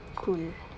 cool